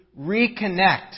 reconnect